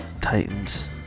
Titans